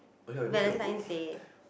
Valentine's Day